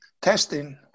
Testing